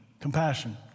compassion